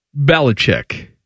Belichick